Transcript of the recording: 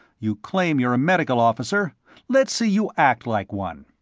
you claim you're a medical officer let's see you act like one.